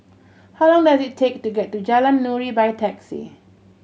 how long does it take to get to Jalan Nuri by taxi